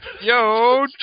Yo